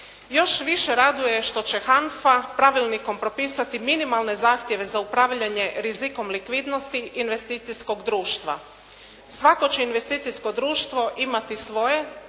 Još više raduje što će HANFA pravilnikom propisati minimalne zahtjeve za upravljanje rizikom likvidnosti investicijskog društva. Svako će investicijsko društvo imati svoje